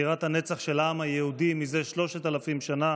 בירת הנצח של העם היהודי מזה שלושת אלפים שנה,